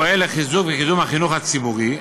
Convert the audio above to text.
פועל לחיזוק וקידום החינוך הציבורי,